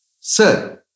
Sir